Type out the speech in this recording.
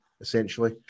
essentially